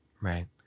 right